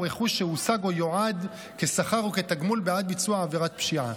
רכוש שהושג או יועד כשכר או כתגמול בעד ביצוע עבירת פשיעה.